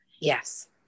Yes